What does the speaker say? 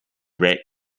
red